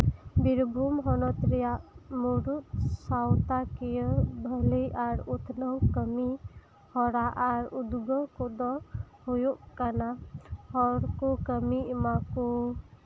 ᱵᱤᱨᱵᱷᱩᱢ ᱦᱚᱱᱚᱛ ᱨᱮᱭᱟᱜ ᱢᱩᱬᱩᱛ ᱥᱟᱶᱛᱟᱠᱤᱭᱟᱹ ᱵᱷᱟᱹᱞᱟᱹᱭ ᱟᱨ ᱩᱛᱷᱱᱟᱹᱣ ᱠᱟᱹᱢᱤᱦᱚᱨᱟ ᱟᱨ ᱩᱫᱽᱜᱟᱹᱣ ᱠᱚᱫᱚ ᱦᱩᱭᱩᱜ ᱠᱟᱱᱟ ᱦᱚᱲ ᱠᱚ ᱠᱟᱹᱢᱤ ᱮᱢᱟᱠᱚ